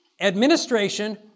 administration